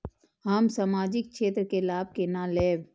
हम सामाजिक क्षेत्र के लाभ केना लैब?